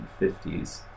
1950s